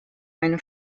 eine